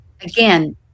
Again